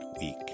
week